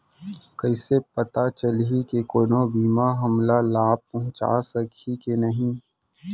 कइसे पता चलही के कोनो बीमा हमला लाभ पहूँचा सकही के नही